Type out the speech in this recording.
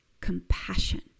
compassion